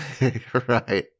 Right